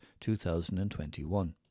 2021